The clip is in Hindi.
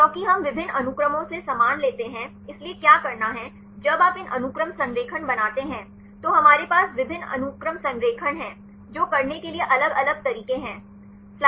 क्योंकि हम विभिन्न अनुक्रमों से समान लेते हैं इसलिए क्या करना है जब आप इन अनुक्रम संरेखण बनाते हैं तो हमारे पास विभिन्न अनुक्रम संरेखण हैं जो करने के लिए अलग अलग तरीके हैं